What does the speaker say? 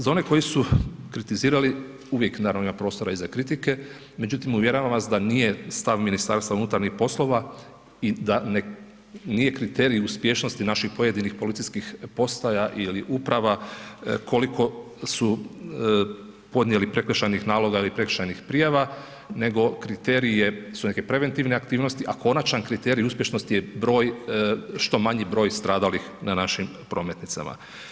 Za one koji su kritizirali, uvijek naravno ima prostora i za kritike, međutim, uvjeravam vas da nije stav MUP-a i da nije kriterij uspješnosti naših pojedinih policijskih postaja ili uprava koliko su podnijeli prekršajnih naloga ili prekršajnih prijava, nego kriterij su neke preventivne aktivnosti, a konačan kriterij uspješnosti je što manji broj stradalih na našim prometnicama.